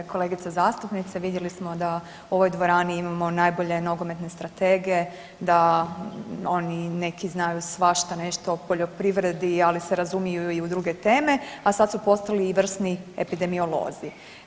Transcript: Kolegice zastupnice, vidjeli smo da u ovoj dvorani imamo najbolje nogometne stratege, da oni neki znaju svašta nešto o poljoprivredi ali se razumiju i u druge teme, a sad su postali i vrsni epidemiolozi.